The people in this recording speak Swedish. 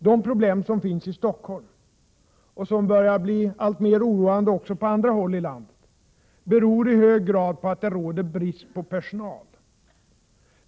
De problem som finns i Stockholm — och som börjar bli alltmer oroande också på andra håll i landet — beror i hög grad på att det råder brist på personal.